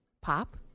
pop